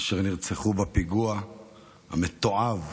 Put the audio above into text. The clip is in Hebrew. אשר נרצחו בפיגוע המתועב,